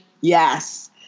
yes